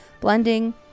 blending